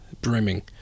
Brimming